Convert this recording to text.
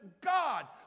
God